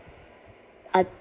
uh